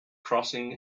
crossing